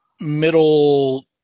middle –